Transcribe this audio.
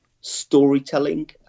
storytelling